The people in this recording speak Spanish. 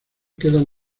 quedan